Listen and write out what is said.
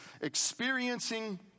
Experiencing